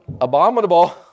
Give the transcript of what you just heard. Abominable